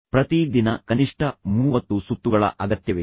ಪ್ರತಿ ದಿನ ಕನಿಷ್ಠ ಮೂವತ್ತು ಸುತ್ತುಗಳ ಅಗತ್ಯವಿದೆ